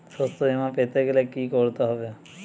শষ্যবীমা পেতে গেলে কি করতে হবে?